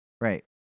right